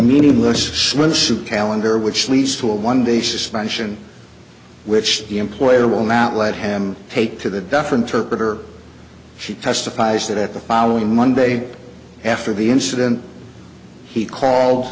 meaningless swimsuit calendar which leads to a one day suspension which the employer will not let him take to the different target or she testifies that the following monday after the incident he called